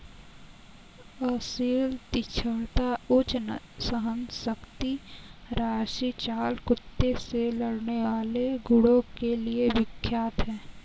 असील तीक्ष्णता, उच्च सहनशक्ति राजसी चाल कुत्ते से लड़ने वाले गुणों के लिए विख्यात है